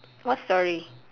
what story